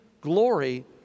glory